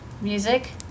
music